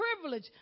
privilege